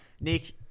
Nick